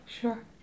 sure